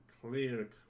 clear